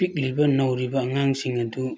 ꯄꯤꯛꯂꯤꯕ ꯅꯧꯔꯤꯕ ꯑꯉꯥꯡꯁꯤꯡ ꯑꯗꯨ